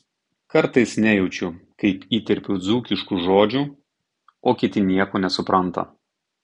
kartais nejaučiu kaip įterpiu dzūkiškų žodžių o kiti nieko nesupranta